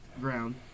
ground